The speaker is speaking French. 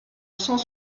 cent